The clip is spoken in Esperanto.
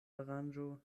aranĝo